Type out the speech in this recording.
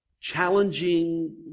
challenging